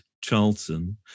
Charlton